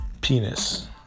penis